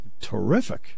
terrific